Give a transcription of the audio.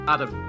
Adam